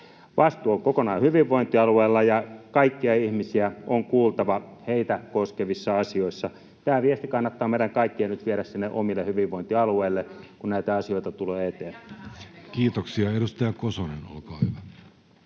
Vastuu on kokonaan hyvinvointialueilla, ja kaikkia ihmisiä on kuultava heitä koskevissa asioissa. Tämä viesti kannattaa meidän kaikkien nyt viedä sinne omille hyvinvointialueillemme, kun näitä asioita tulee eteen. [Annika Saarikko: Jännä